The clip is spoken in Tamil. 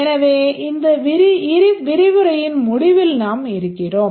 எனவே இந்த விரிவுரையின் முடிவில் நாம் இருக்கிறோம்